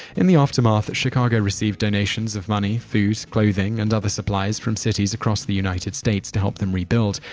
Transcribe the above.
in the aftermath, chicago received donations of money, food, clothing, and other supplies from cities across the united states to help them rebuild.